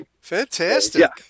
fantastic